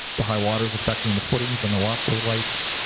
the high water is affecting the footings and the walkway lights.